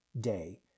Day